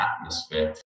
atmosphere